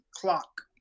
clock